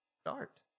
start